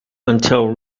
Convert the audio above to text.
until